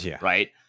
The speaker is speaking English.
right